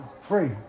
free